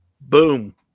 Boom